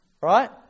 Right